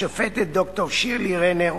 השופטת ד"ר שירלי רנר,